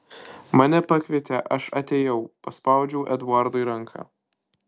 mane pakvietė aš atėjau paspaudžiau eduardui ranką